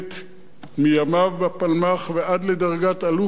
מימיו בפלמ"ח ועד לדרגת אלוף בצה"ל,